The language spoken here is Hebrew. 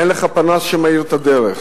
אין לך פנס שמאיר את הדרך,